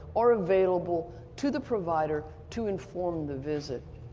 are available to the provider to inform the visit.